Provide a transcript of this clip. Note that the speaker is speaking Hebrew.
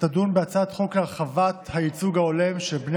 תדון בהצעת חוק להרחבת הייצוג ההולם של בני